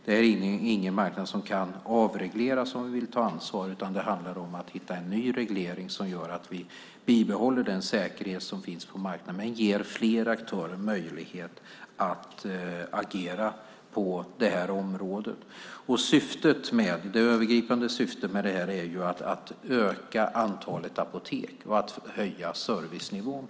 Det är ingen marknad som kan avregleras, om vi vill ta ansvar, utan det handlar om att hitta en ny reglering som gör att vi bibehåller den säkerhet som finns på marknaden men ger fler aktörer möjlighet att agera på det här området. Det övergripande syftet är att öka antalet apotek och att höja servicenivån.